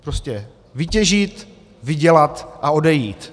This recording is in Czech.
Prostě vytěžit, vydělat a odejít.